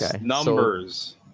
numbers